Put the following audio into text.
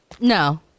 No